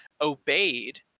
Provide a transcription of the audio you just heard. obeyed